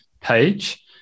page